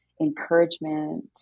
encouragement